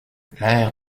l’heure